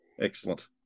Excellent